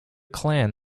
klan